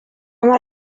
mor